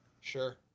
Sure